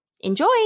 Enjoy